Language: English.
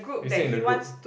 he say in the group